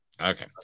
Okay